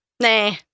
Nah